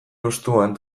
hustuan